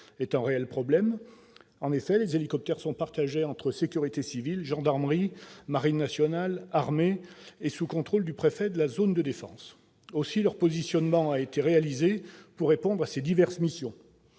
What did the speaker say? est un réel problème. En effet, les hélicoptères sont partagés entre sécurité civile, gendarmerie, marine nationale et armée de l'air, et sont placés sous contrôle du préfet de la zone de défense. Aussi, leur positionnement a été réalisé pour répondre à ces diverses missions.